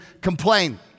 complain